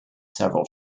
several